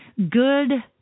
Good